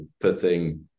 putting